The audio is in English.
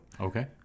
Okay